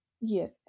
Yes